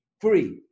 free